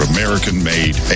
American-made